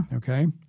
ok?